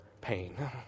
pain